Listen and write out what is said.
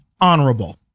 honorable